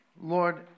Lord